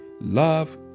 Love